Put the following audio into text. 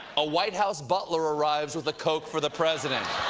a white house butler arrives with a coke for the president.